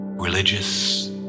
Religious